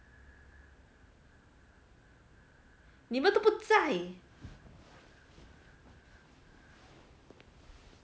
你们都不在